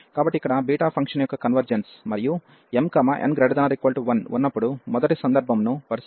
కాబట్టి ఇక్కడ beta function యొక్క కన్వెర్జెన్స్ మరియు m n≥1 ఉన్నప్పుడు మొదటి సందర్భంను పరిశీలిస్తాము